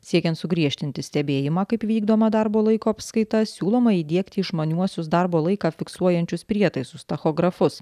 siekiant sugriežtinti stebėjimą kaip vykdoma darbo laiko apskaita siūloma įdiegti išmaniuosius darbo laiką fiksuojančius prietaisus tachografus